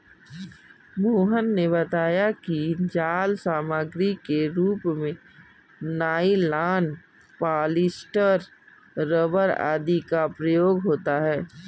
मोहन ने बताया कि जाल सामग्री के रूप में नाइलॉन, पॉलीस्टर, रबर आदि का प्रयोग होता है